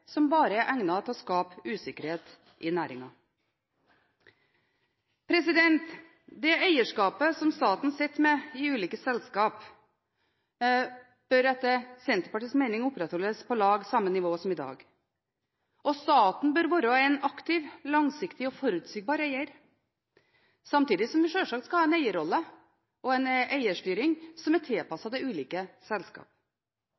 som bare er egnet til å skape usikkerhet i næringa. Det eierskapet som staten sitter med i ulike selskap, bør, etter Senterpartiets mening, opprettholdes på om lag samme nivå som i dag. Staten bør være en aktiv, langsiktig og forutsigbar eier – samtidig som vi sjølsagt skal ha en eierrolle og en eierstyring som er